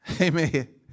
amen